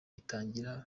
itangira